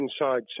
inside